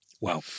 Wow